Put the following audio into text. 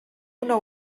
una